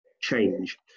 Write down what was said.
change